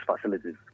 facilities